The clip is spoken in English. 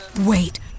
Wait